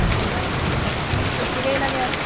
বজাৰত কাপোৰ কানিত বেছি দেৰি লাগে আৰু